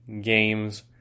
games